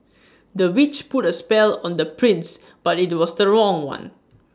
the witch put A spell on the prince but IT was the wrong one